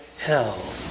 hell